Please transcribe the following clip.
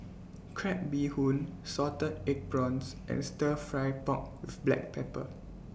Crab Bee Hoon Salted Egg Prawns and Stir Fry Pork with Black Pepper